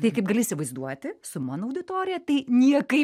tai kaip gali įsivaizduoti su mano auditorija tai niekai